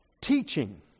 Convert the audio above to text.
teaching